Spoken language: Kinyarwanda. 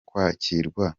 kwakirwa